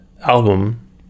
album